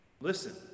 listen